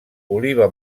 oliva